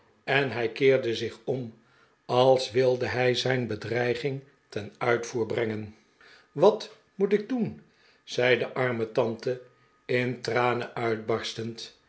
en hij keerde zich om als wilde hij zijn bedreiging ten uitvoer brengen wat moet ik doen zei de arme tante in tranen uitbarsteud